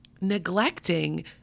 neglecting